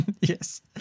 yes